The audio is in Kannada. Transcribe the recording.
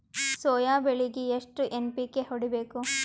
ಸೊಯಾ ಬೆಳಿಗಿ ಎಷ್ಟು ಎನ್.ಪಿ.ಕೆ ಹೊಡಿಬೇಕು?